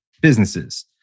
businesses